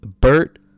Bert